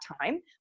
time